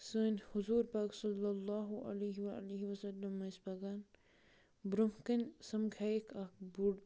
سٲنۍ حضوٗر پاک صَلّٰی اللہُ عِلَیہ وَعلیہ وسَلَم ٲسۍ پَکان برونٛہہ کَنہِ سمکھییَکھ اَکھ بوٚڈ